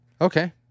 Okay